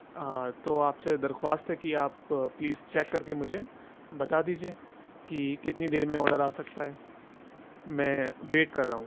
تو آپ سے درخواست ہے کہ آپ پلیز چیک کر کے مجھے بتا دیجیے کہ کتنی دیر میں آڈر آ سکتا ہے میں ویٹ کر رہا ہوں